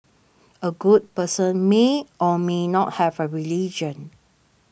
a good person may or may not have a religion